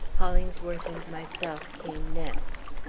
hollingsworth and myself came next.